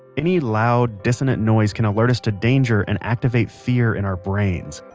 any loud, dissonant noise can alert us to danger and activate fear in our brains.